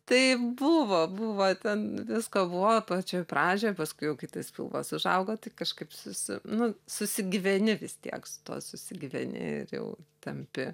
tai buvo buvo ten visko buvo pačioj pradžioj paskui jau kai tas pilvas užaugo tai kažkaip susi nu susigyveni vis tiek su tuo susigyveni ir jau tampi